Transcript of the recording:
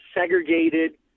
segregated